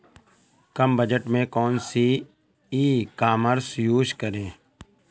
कम budget में कौन सी ई कॉमर्स यूज़ करें?